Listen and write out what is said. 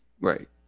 Right